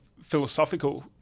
philosophical